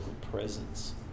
presence